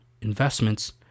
investments